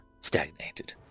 stagnated